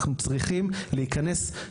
אנחנו צריכים להיכנס,